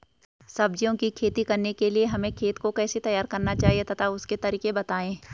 सब्जियों की खेती करने के लिए हमें खेत को कैसे तैयार करना चाहिए तथा उसके तरीके बताएं?